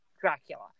Dracula